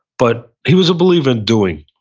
but he was a believer in doing,